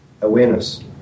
awareness